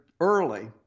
early